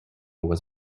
was